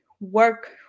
work